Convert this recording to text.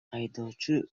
айдоочу